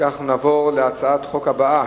נעבור להצעת החוק הבאה,